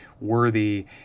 worthy